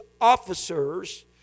officers